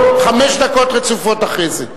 אתה יכול להשיב לו חמש דקות רצופות אחרי זה,